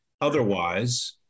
otherwise